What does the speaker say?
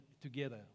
together